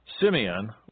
Simeon